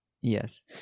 Yes